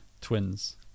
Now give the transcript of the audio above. twins